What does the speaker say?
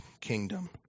kingdom